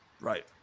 Right